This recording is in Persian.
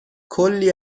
کلی